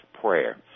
prayer